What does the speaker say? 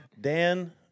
Dan